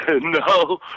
no